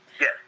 Yes